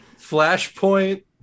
Flashpoint